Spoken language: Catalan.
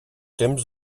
temps